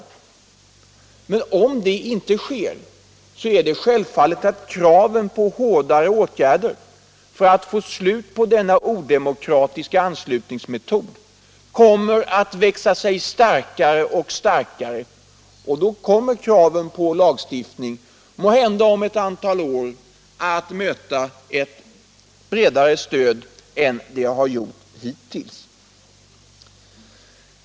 Men om det inte sker är det självfallet att kraven på hårdare åtgärder för att få slut på denna odemokratiska anslutningsmetod kommer att växa sig starkare och starkare, och då kommer kraven på lagstiftning måhända om ett antal år att möta ett bredare stöd än det har gjort hittills.